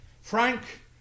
Frank